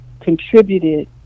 contributed